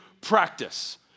Practice